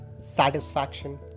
satisfaction